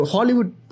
Hollywood